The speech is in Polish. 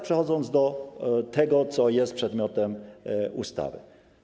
Przechodzę do tego, co jest przedmiotem ustawy.